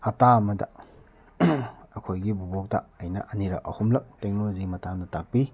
ꯍꯞꯇꯥ ꯑꯃꯗ ꯑꯩꯈꯣꯏꯒꯤ ꯕꯣꯕꯣꯛꯇ ꯑꯩꯅ ꯑꯅꯤꯔꯛ ꯑꯍꯨꯝꯂꯛ ꯇꯦꯛꯅꯣꯂꯣꯖꯤꯒꯤ ꯃꯇꯥꯡꯗ ꯇꯥꯛꯄꯤ